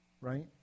right